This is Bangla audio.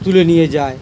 তুলে নিয়ে যায়